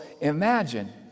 imagine